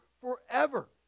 forever